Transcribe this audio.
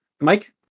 Mike